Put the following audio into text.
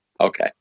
Okay